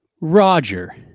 Roger